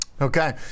Okay